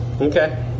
Okay